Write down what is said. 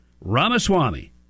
Ramaswamy